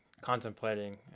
contemplating